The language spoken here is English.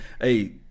Hey